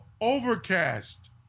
overcast